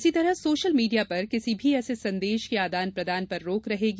इसी तरह social media पर किसी भी ऐसे संदेश का आदान प्रदान पर रोक रहेगी